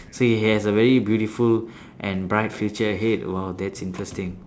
so he has a very beautiful and bright future ahead !wow! that's interesting